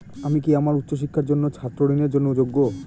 আমি কি আমার উচ্চ শিক্ষার জন্য ছাত্র ঋণের জন্য যোগ্য?